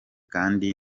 kandi